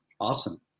Awesome